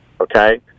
Okay